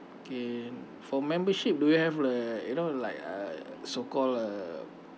okay for membership do you have like you know like uh so called uh